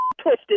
twisted